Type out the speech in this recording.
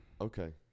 Okay